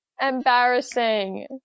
embarrassing